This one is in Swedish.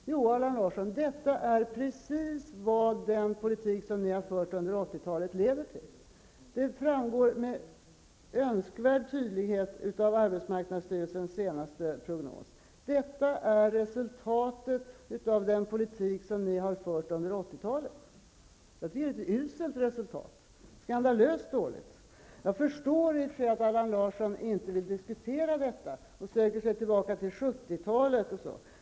Jo, Allan Larsson, detta är precis vad den politik som ni har fört under 80-talet leder till. Det framgår med önskvärd tydlighet av arbetsmarknadsstyrelsens senaste prognos. Detta är resultatet av den politik som ni har fört under 80 talet. Det är ett uselt resultat. Skandalöst dåligt. Jag förstår i och för sig att Allan Larsson inte vill diskutera detta, utan söker sig tillbaka till 70-talet.